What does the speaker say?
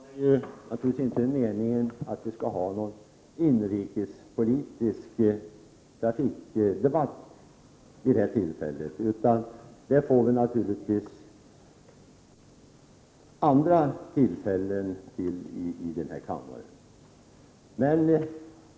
Herr talman! Det var naturligtvis inte meningen att vi skulle ha en inrikespolitisk trafikdebatt vid det här tillfället, utan det får vi andra tillfällen till i denna kammare.